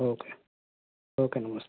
okay okay namaste